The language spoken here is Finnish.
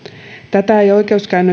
tätä ei oikeuskäytännössä ole yleensä